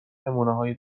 نمونههای